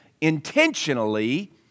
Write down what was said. intentionally